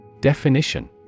Definition